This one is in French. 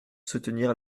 soutenir